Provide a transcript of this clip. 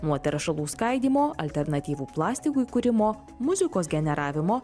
nuo teršalų skaidymo alternatyvų plastikui kūrimo muzikos generavimo